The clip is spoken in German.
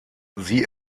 sie